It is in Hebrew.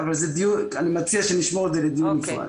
אבל אני מציע שנשמור את זה לדיון נפרד.